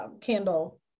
candle